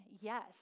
yes